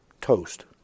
Toast